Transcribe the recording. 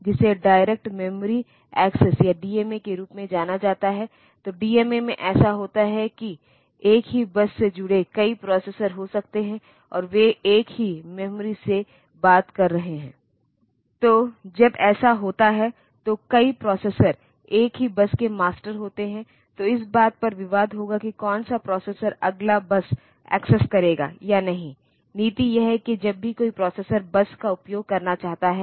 तो यह वास्तव में इंस्ट्रक्शन है जो उस इंस्ट्रक्शन से मेल खाता है जो प्रोसेसर को एक्युमुलेटर कहे जानेवाले रजिस्टर के संख्या को बढ़ाने के लिए कहता है